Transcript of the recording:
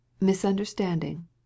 misunderstanding